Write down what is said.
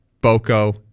Boko